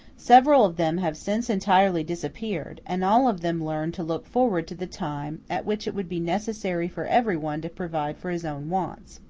several of them have since entirely disappeared, and all of them learned to look forward to the time at which it would be necessary for everyone to provide for his own wants.